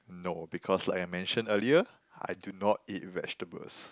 no because like I mention earlier I do not eat vegetables